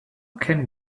can